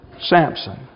Samson